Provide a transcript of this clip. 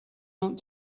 aren’t